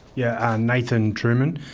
yeah nathan trueman,